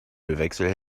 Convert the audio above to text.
ölwechsel